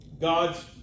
God's